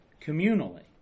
communally